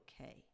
okay